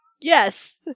Yes